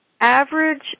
average